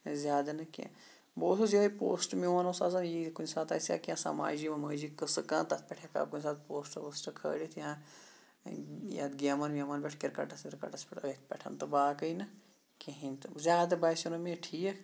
زیادٕ نہٕ کینٛہہ بہٕ اوسُس یُہے پوسٹہٕ میون اوس آسان یِی کُنہِ ساتہِ آسہِ ہا کینٛہہ سَماجی وَماجی ٍقصہٕ کانٛہہ تَتھ پٮ۪ٹھ ہیٚکہٕ ہا کُنہِ ساتہِ پوسٹہٕ ووسٹہٕ کھٲلِتھ یاں یَتھ گیمَن ویمَن پٮ۪ٹھ کِرکَٹَس وِرکَٹَس پٮ۪ٹھ أتھۍ پٮ۪ٹھ تہٕ باقٕے نہِ کِہیٖنۍ تہِ زیادٕ باسیٚو نہٕ مےٚ یہٕ ٹھیٖک